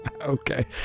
okay